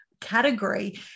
category